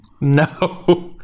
No